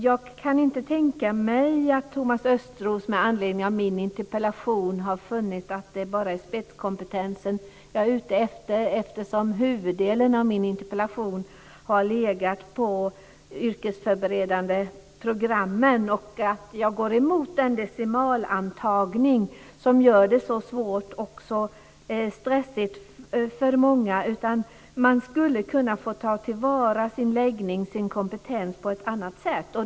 Jag kan inte tänka mig att Thomas Östros har funnit att det bara är spetskompetensen som jag är ute efter i min interpellation. Huvuddelen av min interpellation var inriktad på de yrkesförberedande programmen. Jag går emot den decimalantagning som gör det så svårt och stressigt för många. Man borde kunna få ta till vara sin läggning och kompetens på ett annat sätt.